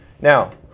Now